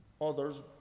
Others